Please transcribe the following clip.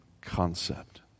concept